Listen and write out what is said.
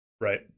right